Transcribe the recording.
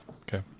Okay